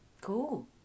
Cool